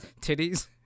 Titties